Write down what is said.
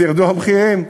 אז ירדו המחירים.